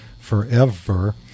forever